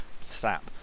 sap